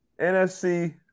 NFC